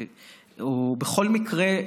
בכל מקרה,